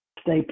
Stay